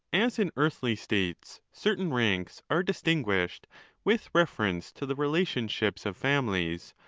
as in earthly states certain ranks are distinguished with reference to the relation ships of families,